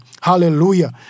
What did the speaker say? Hallelujah